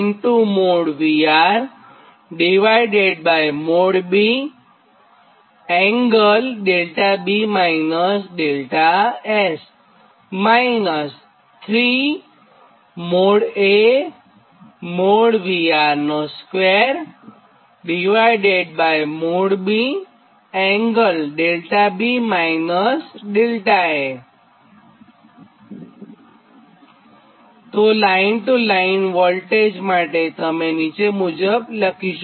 તો line to line voltage માટેતમે નીચે મુજબ લખી શકો